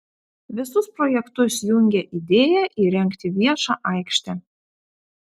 visus projektus jungia idėja įrengti viešą aikštę